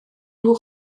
nhw